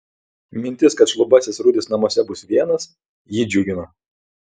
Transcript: mintis kad šlubasis rudis namuose bus vienas jį džiugino